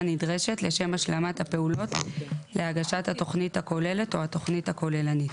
נדרשת לשם השלמת הפעולות להגשת התוכנית הכוללת או התוכנית הכוללנית,